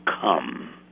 come